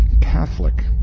catholic